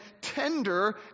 tender